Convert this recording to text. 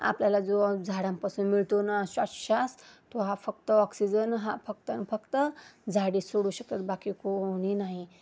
आपल्याला जो झाडांपासून मिळतो ना श्वाशोच्श्वास तो हा फक्त ऑक्सिजन हा फक्त न फक्त झाडे सोडू शकतात बाकी कोणी नाही